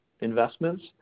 investments